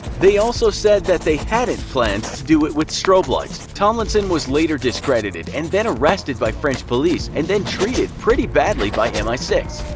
they also said they hadn't planned to do it with strobe lights. tomlinson was later discredited and then arrested by french police and then treated pretty badly by m i six.